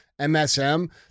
msm